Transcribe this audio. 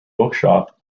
bookshop